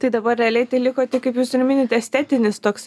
tai dabar realiai teliko tik kaip jūs ir minite estetinis toksai